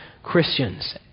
Christians